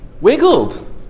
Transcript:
wiggled